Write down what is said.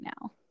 now